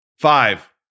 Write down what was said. Five